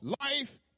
life